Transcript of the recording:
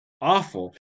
awful